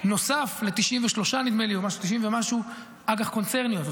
נוסף ל-90 ומשהו אג"ח קונצרניות.